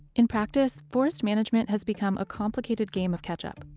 in practice, forest management has become a complicated game of catch up.